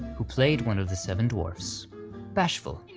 who played one of the seven dwarfs bashful.